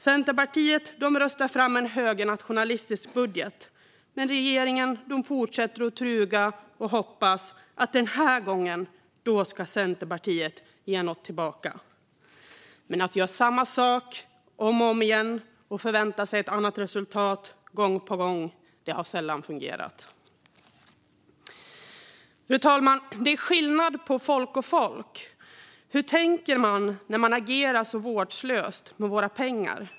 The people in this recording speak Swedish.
Centerpartiet röstar fram en högernationalistisk budget, men regeringen fortsätter att truga och hoppas att Centerpartiet ska ge något tillbaka den här gången. Men att göra samma sak om och om igen och förvänta sig ett annat resultat har sällan fungerat. Fru talman! Det är skillnad på folk och folk. Hur tänker man när man agerar så vårdslöst med våra pengar?